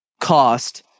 cost